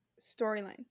storyline